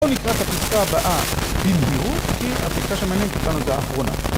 בואו נקרא את הפסקה הבאה במהירות, כי הפסקה שמעניינת אותנו זה האחרונה.